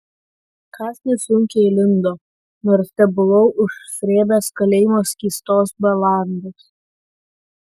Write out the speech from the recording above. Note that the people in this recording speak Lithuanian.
kąsnis sunkiai lindo nors tebuvau užsrėbęs kalėjimo skystos balandos